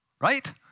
right